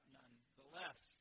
nonetheless